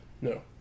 No